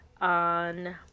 on